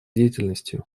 деятельностью